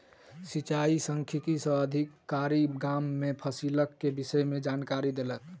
सिचाई सांख्यिकी से अधिकारी, गाम में फसिलक के विषय में जानकारी देलक